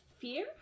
fear